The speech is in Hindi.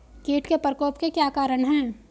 कीट के प्रकोप के क्या कारण हैं?